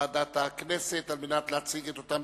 ועדת הכנסת על מנת להציג את אותם